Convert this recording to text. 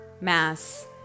mass